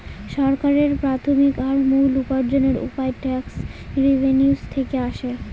সরকারের প্রাথমিক আর মূল উপার্জনের উপায় ট্যাক্স রেভেনিউ থেকে আসে